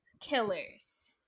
Killers